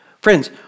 Friends